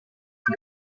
sul